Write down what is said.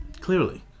Clearly